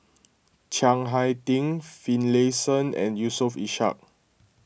Chiang Hai Ding Finlayson and Yusof Ishak